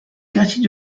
quartier